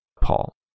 Paul